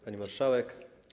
Pani Marszałek!